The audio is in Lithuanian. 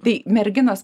tai merginos